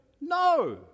No